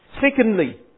Secondly